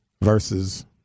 Versus